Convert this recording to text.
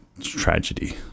tragedy